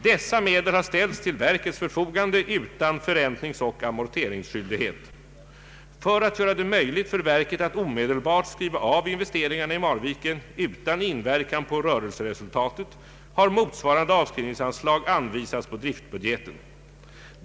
Dessa medel har ställts till verkets förfogande utan förräntningsoch amorteringsskyldighet. För att göra det möjligt för verket att omedelbart skriva av investeringarna i Marviken utan inverkan på rörelseresultatet, har motsvarande avskrivningsanslag anvisats på driftbudgeten.